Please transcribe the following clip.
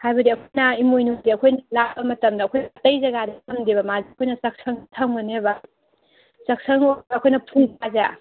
ꯍꯥꯏꯕꯗꯤ ꯑꯩꯈꯣꯏꯅ ꯏꯃꯣꯏꯅꯨꯁꯦ ꯑꯩꯈꯣꯏꯅ ꯂꯥꯠꯄ ꯃꯇꯝꯗ ꯑꯩꯈꯣꯏꯅ ꯑꯇꯩ ꯖꯥꯒꯗ ꯊꯝꯗꯦꯕ ꯃꯥꯗꯤ ꯑꯩꯈꯣꯏꯅ ꯆꯥꯛꯁꯪꯗ ꯊꯝꯒꯅꯦꯕ ꯆꯥꯛꯁꯪ ꯑꯩꯈꯣꯏꯅ ꯐꯨꯡꯒꯥꯁꯦ